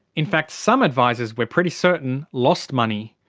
in fact some advisers, we're pretty certain, lost money.